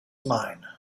mine